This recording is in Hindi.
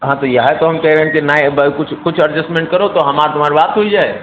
हाँ तो ये है तो हम कहे रहे कि नाय एक बार कुछ कुछ अडजस्टमेंट करो तो हमार तुम्हार बात हो जाए